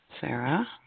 Sarah